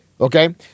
Okay